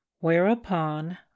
whereupon